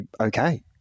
okay